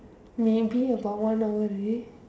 maybe about one hour already